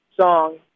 song